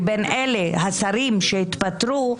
לבין השרים שהתפטרו,